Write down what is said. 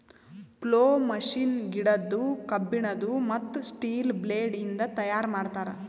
plough machine ಗಿಡದ್ದು, ಕಬ್ಬಿಣದು, ಮತ್ತ್ ಸ್ಟೀಲ ಬ್ಲೇಡ್ ಇಂದ ತೈಯಾರ್ ಮಾಡ್ತರ್